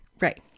right